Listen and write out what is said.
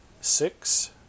six